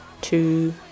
two